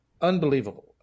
Unbelievable